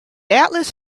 atlas